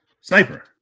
Sniper